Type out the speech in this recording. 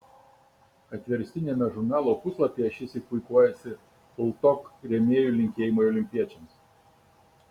atverstiniame žurnalo puslapyje šįsyk puikuojasi ltok rėmėjų linkėjimai olimpiečiams